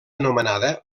anomenada